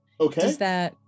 Okay